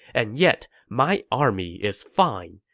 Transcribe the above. and yet my army is fine.